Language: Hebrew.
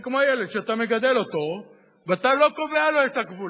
זה כמו ילד שאתה מגדל ואתה לא קובע לו את הגבולות,